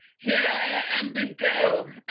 here i am, big girl.